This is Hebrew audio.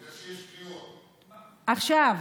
עכשיו,